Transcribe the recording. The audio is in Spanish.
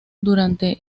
durante